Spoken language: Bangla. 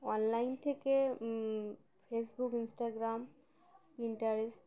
অনলাইন থেকে ফেসবুক ইন্স্টাগ্রাম পিন্টারেস্ট